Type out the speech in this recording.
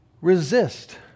resist